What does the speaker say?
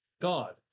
God